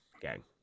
gang